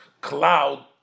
cloud